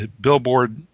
Billboard